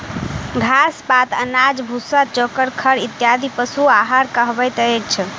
घास, पात, अनाज, भुस्सा, चोकर, खड़ इत्यादि पशु आहार कहबैत अछि